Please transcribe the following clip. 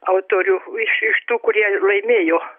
autorių iš iš tų kurie laimėjo